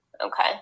Okay